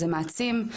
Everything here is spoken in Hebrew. זה מעצים,